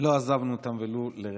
לא עזבנו אותם ולו לרגע.